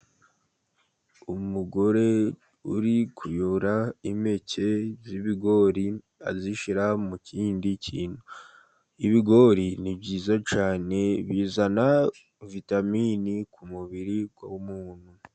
Umugore uri kuyora impeke z'ibigori azishyira mu kindi kintu, ibigori ni byiza cyane bizana vitamini ku mubiri w'umuntu.